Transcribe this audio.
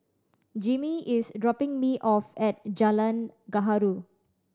Jimmy is dropping me off at Jalan Gaharu